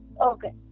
Okay